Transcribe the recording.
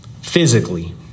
physically